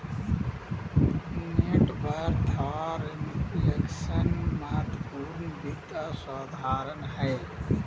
net worth आर inflation महत्वपूर्ण वित्त अवधारणा हय